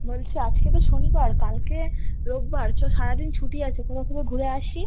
বলছি আজকে তো শনিবার কালকে রবিবার চ সারা দিন ছুটি আছে কোথাও থেকে ঘুরে আসি